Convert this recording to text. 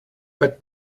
but